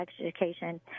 education